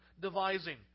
devising